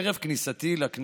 ערב כניסתי לכנסת